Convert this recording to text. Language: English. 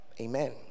Amen